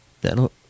That'll